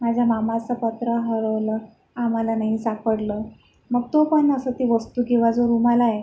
माझ्या मामाचं पत्र हरवलं आम्हाला नाही सापडलं मग तो पण असं ती वस्तू किंवा जो रुमाल आहे